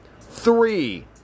Three